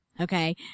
okay